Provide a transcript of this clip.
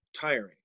tiring